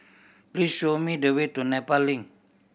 please show me the way to Nepal Link